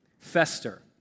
fester